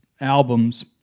albums